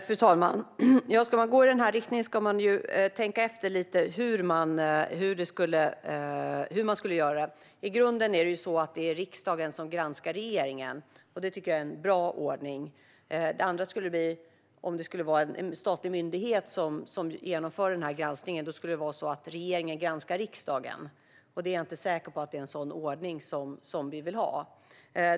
Fru talman! Ska man gå i den riktningen ska man tänka efter lite hur detta skulle göras. I grunden är det ju så att det är riksdagen som granskar regeringen, och det tycker jag är en bra ordning. Om det skulle vara en statlig myndighet som genomförde granskningen skulle det vara så att regeringen granskar riksdagen, och jag är inte säker på att det är en sådan ordning vi vill ha.